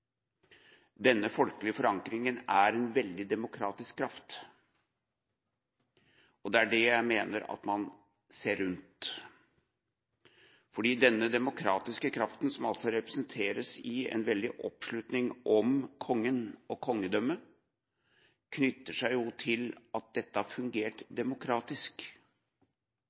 Denne folkelige forankringen er en veldig demokratisk kraft, og det er det jeg mener at man ser bort fra. For denne demokratiske kraften, som altså representeres i en veldig oppslutning om kongen og kongedømmet, knytter seg jo til at dette har fungert demokratisk.